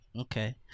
Okay